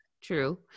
True